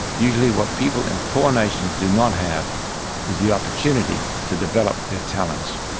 usually what people in poor nations do not have is the opportunity to develop their talents.